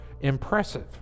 impressive